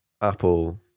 Apple